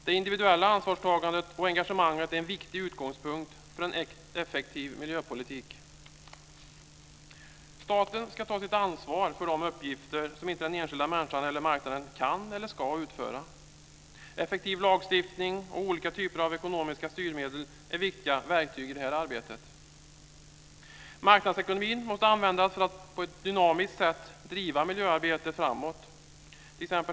Det individuella ansvarstagandet och engagemanget är en viktig utgångspunkt för en effektiv miljöpolitik. Staten ska ta sitt ansvar för de uppgifter som den enskilda människan eller marknaden inte kan eller ska utföra. Effektiv lagstiftning och olika typer av ekonomiska styrmedel är viktiga verktyg i det här arbetet. Marknadsekonomin måste användas för att man på ett dynamiskt sätt ska kunna driva miljöarbetet framåt.